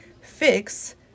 Fix